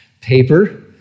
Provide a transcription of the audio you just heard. paper